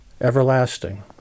everlasting